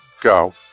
go